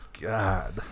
God